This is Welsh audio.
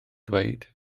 dweud